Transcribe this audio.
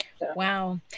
Wow